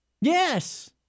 Yes